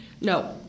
No